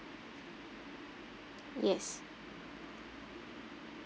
yes